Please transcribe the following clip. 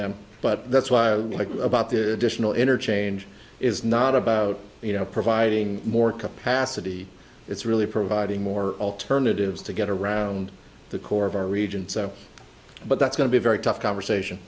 am but that's why i like about their additional interchange is not about you know providing more capacity it's really providing more alternatives to get around the core of our region so but that's going to be very tough conversation